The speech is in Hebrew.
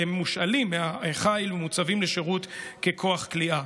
הם מושאלים מהחיל ומוצבים לשירות ככוח כליאה.